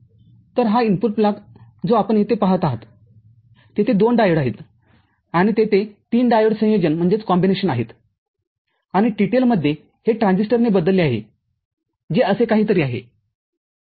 तरहा input block जो आपण येथे पाहत आहात तेथे दोन डायोडआहेत आणि तेथे तीन डायोड संयोजन आहेत आणि TTL मध्ये हे ट्रान्झिस्टरने बदलले आहे जे असे काहीतरी आहे